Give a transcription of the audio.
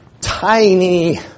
tiny